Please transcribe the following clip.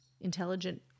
intelligent